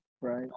right